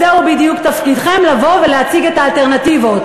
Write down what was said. זהו בדיוק תפקידכם, לבוא ולהציג את האלטרנטיבות.